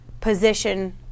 position